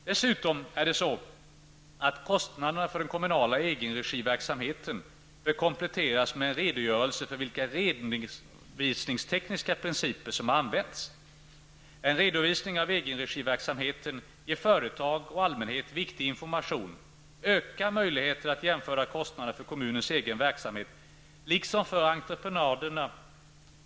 Dessutom bör kostnaderna för den kommunala egenregiverksamheten kompletteras med en redogörelse för vilka redovisningstekniska principer som har använts. En redovisning av egenregiverksamheten ger företag och allmänhet viktig information och ökade möjligheter att jämföra kostnaderna för kommunens egen verksamhet liksom för entreprenader.